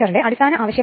99 W i 0